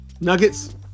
Nuggets